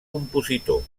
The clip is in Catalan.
compositor